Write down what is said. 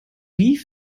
wie